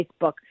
Facebook